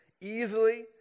easily